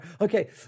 okay